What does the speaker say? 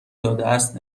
دادهاست